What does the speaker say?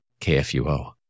KFUO